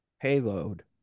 Payload